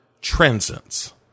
transcends